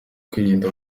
kwirinda